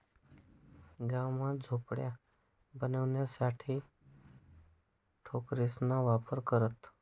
गाव मा झोपड्या बनवाणासाठे टोकरेसना वापर करतसं